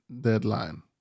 deadline